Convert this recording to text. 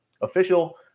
official